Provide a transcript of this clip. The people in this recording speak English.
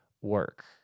work